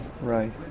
Right